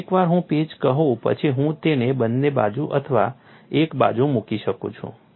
અને એકવાર હું પેચ કહું પછી હું તેને બંને બાજુ અથવા એક બાજુ મૂકી શકું છું